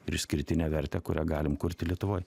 ir išskirtinę vertę kurią galim lietuvoj